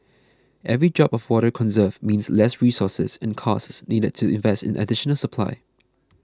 every drop of water conserved means less resources and costs needed to invest in additional supply